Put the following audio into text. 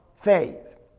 faith